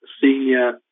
senior